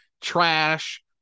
trash